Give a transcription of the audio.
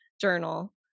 journal